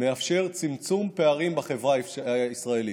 מאפשרים צמצום פערים בחברה הישראלית.